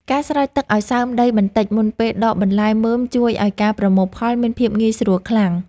ការស្រោចទឹកឱ្យសើមដីបន្តិចមុនពេលដកបន្លែមើមជួយឱ្យការប្រមូលផលមានភាពងាយស្រួលខ្លាំង។